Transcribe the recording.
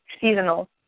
seasonal